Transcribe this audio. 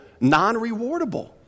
non-rewardable